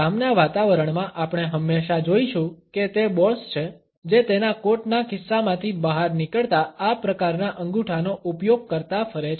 કામના વાતાવરણમાં આપણે હંમેશા જોઇશું કે તે બોસ છે જે તેના કોટના ખિસ્સામાંથી બહાર નીકળતા આ પ્રકારના અંગૂઠાનો ઉપયોગ કરતા ફરે છે